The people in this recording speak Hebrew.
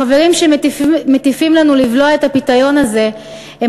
החברים שמטיפים לנו לבלוע את הפיתיון הזה הם